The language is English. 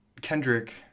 Kendrick